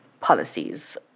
policies